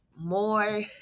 more